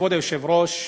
כבוד היושב-ראש,